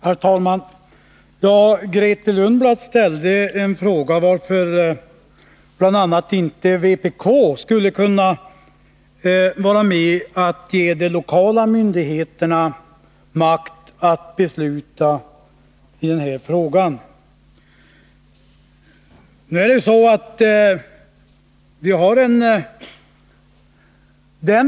Herr talman! Grethe Lundblad frågade varför inte bl.a. vpk skulle kunna vara med om att ge de lokala myndigheterna makt att besluta i den här frågan.